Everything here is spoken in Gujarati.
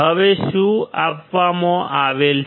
હવે શું આપવામાં આવેલ છે